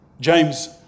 James